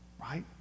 right